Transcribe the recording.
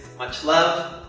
much love.